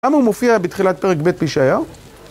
למה הוא מופיע בתחילת פרק ב׳ בישעיהו?